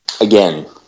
Again